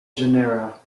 genera